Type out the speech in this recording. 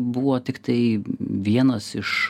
buvo tiktai vienas iš